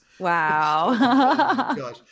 Wow